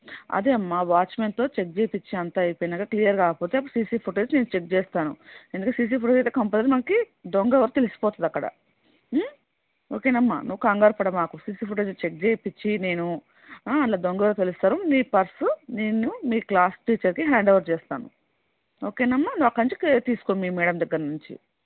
అదే అమ్మ వాచ్మెన్తో చెక్ చేయించి అంత అయిపోయాక క్లియర్ కాకపోతే అప్పుడు సీసీ ఫూటేజ్ నను చెక్ చేస్తాను ఎందుకు సీసీ ఫుటేజ్ అయితే కంపల్సరీ మనకి దొంగ ఎవరో తెలిసిపోతుంది అక్కడ ఓకేనా అమ్మ నువ్వు కంగారుపడమాకు సీసీ ఫుటేజ్ చెక్ చేయించ్చి నేను అందులో దొంగ ఎవరో తెలుస్తారు నీ పర్స్ నేను మీ క్లాస్ టీచర్కి హ్యాండ్ ఓవర్ చేస్తాను ఓకేనా అమ్మా నువ్వు అక్కడి నుంచి నువ్వు కేర్ తీసుకో మీ మేడం దగ్గర నుంచి